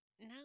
No